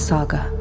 Saga